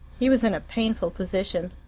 he was in a painful position.